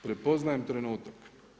Prepoznajem trenutak.